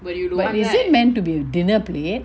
but is it meant to be a dinner plate